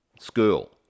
school